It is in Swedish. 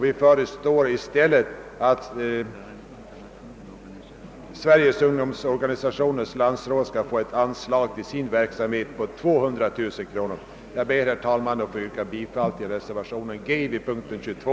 Vi föreslår i stället att Sveriges ungdomsorganisationers landsråd erhåller ett anslag på 200 000 kronor för sin verksamhet. Herr talman! Jag ber att få yrka bifall till reservationen G vid punkten 22.